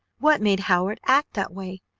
what made howard act that way?